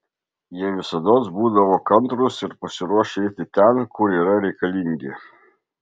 jie visados būdavo kantrūs ir pasiruošę eiti ten kur yra reikalingi